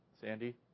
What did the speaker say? Sandy